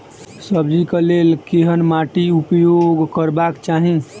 सब्जी कऽ लेल केहन माटि उपयोग करबाक चाहि?